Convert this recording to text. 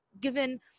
given